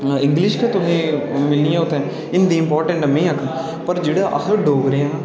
English गै तुसें मिलनी उत्थै हिन्दी इंपाॅर्टेट ऐ में आखना पर जेह्ड़े अस डोगरे आं